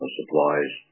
supplies